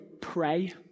pray